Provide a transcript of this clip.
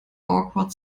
awkward